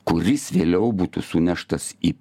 kuris vėliau būtų suneštas į